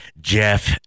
Jeff